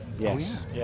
Yes